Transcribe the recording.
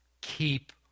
Keep